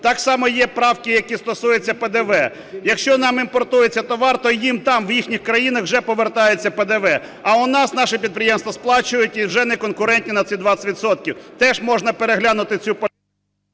Так само є правки, які стосуються ПДВ. Якщо нам імпортується товар, то їм там в їхніх країнах вже повертається ПДВ. А у нас наше підприємства сплачують і вже не конкурентні на ці 20 відсотків. Теж можна переглянути цю… Веде